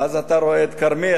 ואז אתה רואה את כרמיאל.